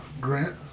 Grant